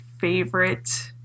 favorite